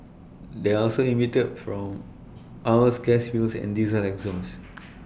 they also emitted from oils gas fields and diesel exhaust